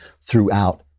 throughout